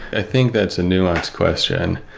i think that's a nuanced question.